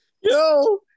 Yo